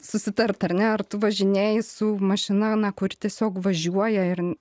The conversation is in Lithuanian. susitart ar ne ar tu važinėji su mašina na kuri tiesiog važiuoja ir